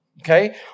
okay